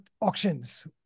auctions